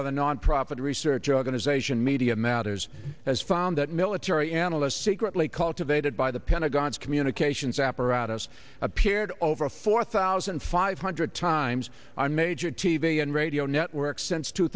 by the nonprofit research organization media matters has found that military analysts secretly cultivated by the pentagon's communications apparatus appeared over four thousand five hundred times on major t v and radio networks since two